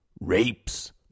rapes